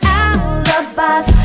alibis